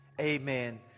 Amen